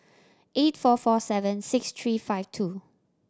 eight four four seven six three five two